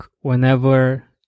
whenever